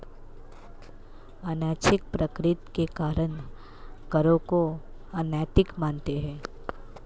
अनैच्छिक प्रकृति के कारण करों को अनैतिक मानते हैं